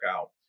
out